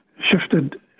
shifted